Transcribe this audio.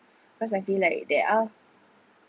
because i feel like there are